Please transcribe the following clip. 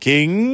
King